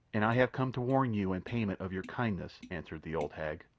and i have come to warn you in payment of your kindness, answered the old hag.